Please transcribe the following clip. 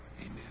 Amen